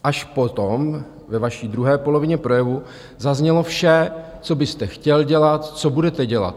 Až potom, ve vaší druhé polovině projevu, zaznělo vše, co byste chtěl dělat, co budete dělat.